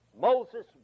Moses